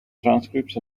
transcripts